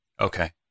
Okay